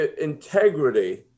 integrity